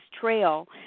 trail